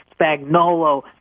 Spagnolo